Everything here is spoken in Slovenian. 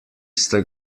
ste